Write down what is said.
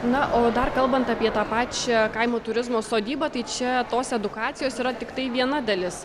na o dar kalbant apie tą pačią kaimo turizmo sodybą tai čia tos edukacijos yra tiktai viena dalis